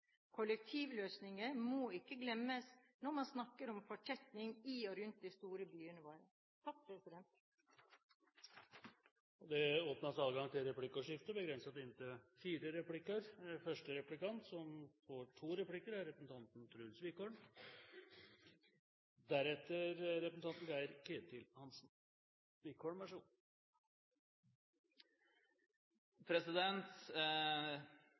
Kollektivløsninger må ikke glemmes når man snakker om fortetning i og rundt de store byene våre. Det blir replikkordskifte. Representanten Tenden er